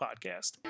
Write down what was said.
podcast